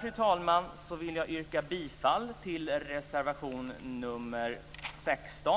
Fru talman! Med detta vill jag yrka bifall till reservation nr 16.